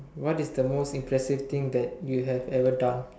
what is the most impressive thing that you have ever done